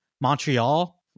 Montreal